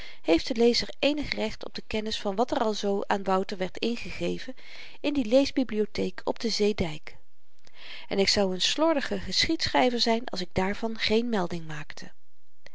heeft de lezer eenig recht op de kennis van wat er al zoo aan wouter werd ingegeven in die leesbibliotheek op den zeedyk en ik zou n slordige geschiedschryver zyn als ik daarvan geen melding maakte